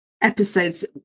episodes